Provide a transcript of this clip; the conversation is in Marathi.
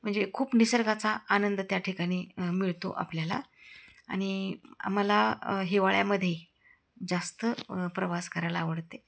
म्हणजे खूप निसर्गाचा आनंद त्या ठिकाणी मिळतो आपल्याला आणि मला हिवाळ्यामध्ये जास्त प्रवास करायला आवडते